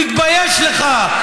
תתבייש לך.